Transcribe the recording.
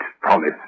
promise